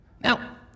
Now